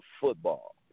football